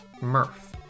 Murph